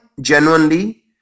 genuinely